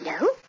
No